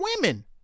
women